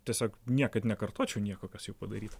tiesiog niekad nekartočiau nieko kas jau padaryta